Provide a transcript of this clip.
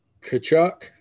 Kachuk